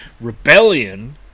Rebellion